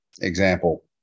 example